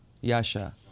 Yasha